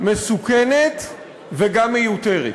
מסוכנת וגם מיותרת.